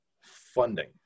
Funding